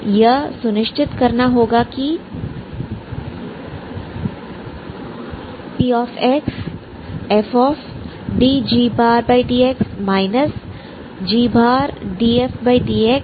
आपको यह सुनिश्चित करना होगा कि pxfdgdx gdfdx